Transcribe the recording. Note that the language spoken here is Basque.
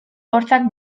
hortzak